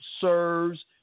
serves